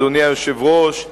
אדוני היושב-ראש,